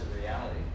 reality